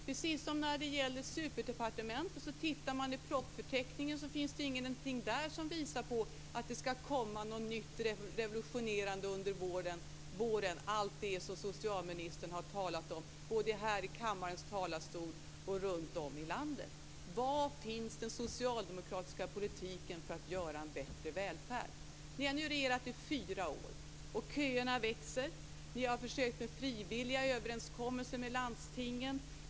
Precis som när det gäller superdepartementet tittar man i propositionsförteckningen, men det finns ingenting där som visar att det skall komma något nytt och revolutionerande under våren, allt det som socialministern har talat om, både här i kammarens talarstol och runt om i landet. Var finns den socialdemokratiska politiken för att åstadkomma en bättre välfärd? Socialdemokraterna har nu regerat i fyra år, och köerna växer. Ni har försökt med frivilliga överenskommelser med landstingen.